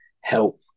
help